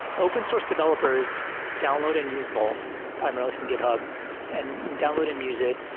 open source developers download and use vault primarily from github and download and use it.